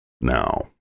Now